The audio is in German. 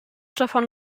davon